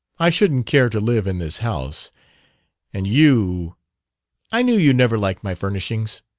i shouldn't care to live in this house and you i knew you never liked my furnishings!